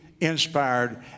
inspired